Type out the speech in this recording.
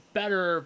better